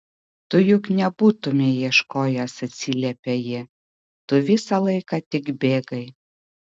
tu juk nebūtumei ieškojęs atsiliepia ji tu visą laiką tik bėgai